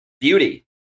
Beauty